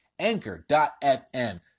Anchor.fm